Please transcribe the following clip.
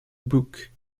book